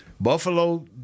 Buffalo